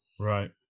Right